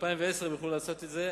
ב-2010 יוכלו לעשות את זה,